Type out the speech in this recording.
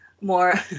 more